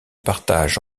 partage